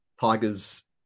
Tigers